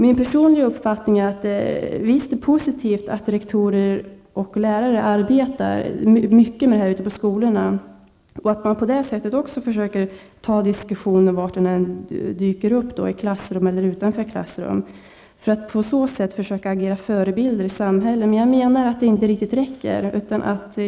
Min personliga uppfattning är att det visst är positivt att rektorer och lärare arbetar mycket med dessa frågor ute på skolorna och att man också på det sättet försöker ta diskussionen var den än dyker upp, i klassrum eller utanför, för att på så sätt försöka agera som förebilder i samhället. Men jag menar att det inte riktigt räcker.